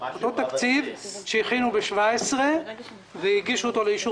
אותו תקציב שהכינו ב-2017 והגישו אותו לאישור